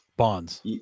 Bonds